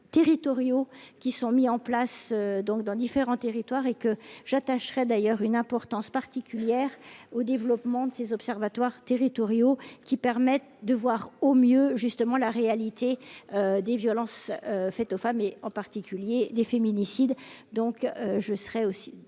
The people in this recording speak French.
territoriaux qui sont mis en place donc dans différents territoires et que j'attacherai d'ailleurs une importance particulière au développement de ces observatoires territoriaux qui permettent de voir au mieux justement la réalité. Des violences faites aux femmes et en particulier des féminicides, donc je serai aussi